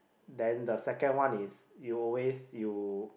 then the second one is you always you